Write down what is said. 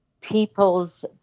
people's